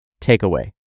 Takeaway